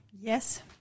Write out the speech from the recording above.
Yes